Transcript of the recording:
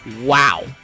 Wow